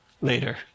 later